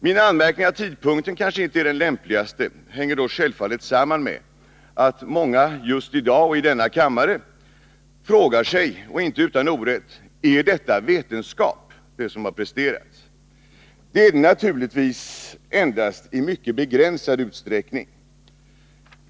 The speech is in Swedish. Min anmärkning, att tidpunkten kanske inte är den lämpligaste, hänger självfallet samman med att många just i dag och i denna kammare frågar sig, inte utan orätt: Är detta som har presterats vetenskap? Det är det naturligtvis endast i mycket begränsad utsträckning.